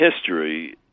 history